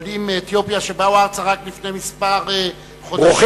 עולים מאתיופיה שבאו ארצה רק לפני כמה חודשים,